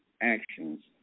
actions